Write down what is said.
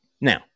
Now